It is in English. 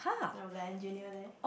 I was an engineer there